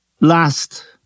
last